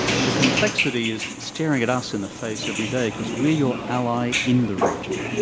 and the complexity is staring at us in the face every day because we're your ally in the region.